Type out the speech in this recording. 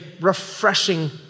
refreshing